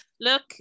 Look